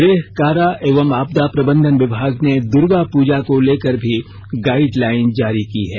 गृह कारा एवं आपदा प्रबंधन विभाग ने दुर्गा पूजा को लेकर भी गाइडलाईन जारी की है